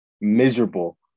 miserable